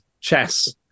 chess